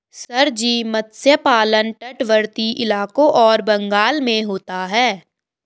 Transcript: sir ji मत्स्य पालन तटवर्ती इलाकों और बंगाल में होता है